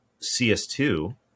CS2